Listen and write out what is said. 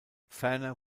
ferner